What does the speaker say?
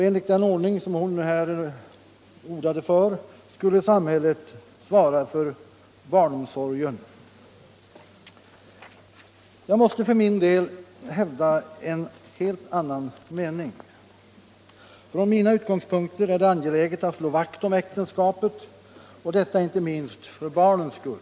Enligt den ordning som fru Marklund har förordat skulle samhället svara för barnomsorgen. Jag måste för min del hävda en helt annan mening. Från mina utgångspunkter är det angeläget att slå vakt om äktenskapet och detta inte minst för barnens skull.